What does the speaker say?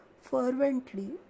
fervently